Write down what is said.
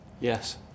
Yes